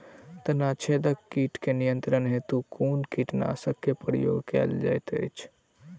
तना छेदक कीट केँ नियंत्रण हेतु कुन कीटनासक केँ प्रयोग कैल जाइत अछि?